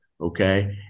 okay